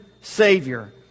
Savior